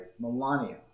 Melania